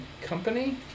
company